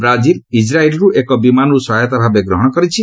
Brazil ଇସ୍ରାଇଲରୁ ଏକ ବିମାନକୁ ସହାୟତା ଭାବେ ଗ୍ରହଣ କରିଛି